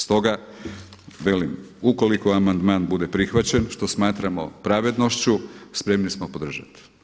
Stoga velim, ukoliko amandman bude prihvaćen što smatramo pravednošću spremni smo podržati.